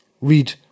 read